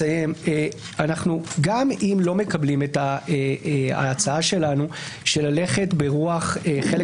גם אם לא מקבלים את ההצעה שלנו ללכת ברוח חלק